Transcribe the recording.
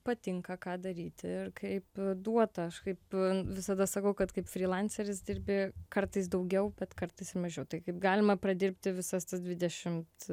patinka ką daryti ir kaip duota aš kaip visada sakau kad kaip frylanceris dirbi kartais daugiau bet kartais ir mažiau tai kaip galima pradirbti visas tas dvidešimt